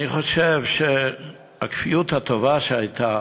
אני חושב שכפיות הטובה שהייתה